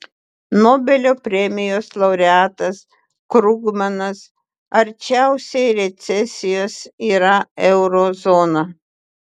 nobelio premijos laureatas krugmanas arčiausiai recesijos yra euro zona